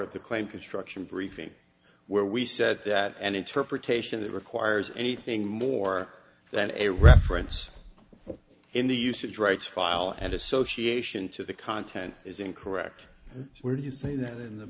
of the claim construction briefing where we said that an interpretation that requires anything more than a reference in the usage rights file and association to the content is incorrect where do you say that in the